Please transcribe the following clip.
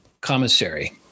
commissary